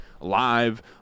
live